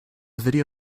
video